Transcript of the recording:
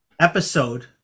episode